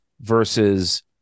versus